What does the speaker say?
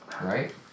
Right